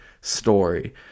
story